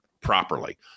properly